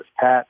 Pat